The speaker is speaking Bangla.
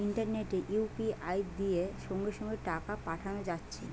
ইন্টারনেটে ইউ.পি.আই দিয়ে সঙ্গে সঙ্গে টাকা পাঠানা যাচ্ছে